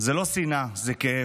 זו לא שנאה, זה כאב.